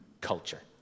culture